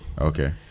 Okay